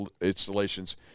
installations